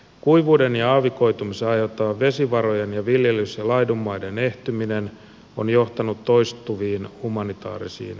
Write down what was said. kuivuuden ja aavikoitumisen aiheuttama vesivarojen ja viljelys ja laidunmaiden ehtyminen on johtanut toistuviin humanitaarisiin kriiseihin